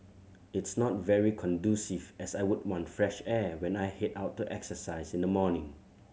it's not very conducive as I would want fresh air when I head out to exercise in the morning